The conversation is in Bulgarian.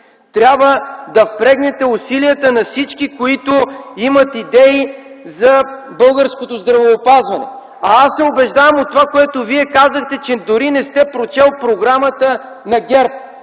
Трябва да впрегнете усилията на всички, които имат идеи за българското здравеопазване. Аз се убеждавам - от това, което Вие казахте, че дори не сте прочели Програмата на ГЕРБ.